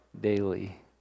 daily